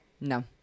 No